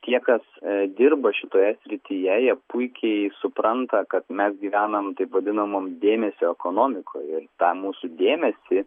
tie kas dirba šitoje srityje jie puikiai supranta kad mes gyvenam taip vadinamom dėmesio ekonomikoj ir tą mūsų dėmesį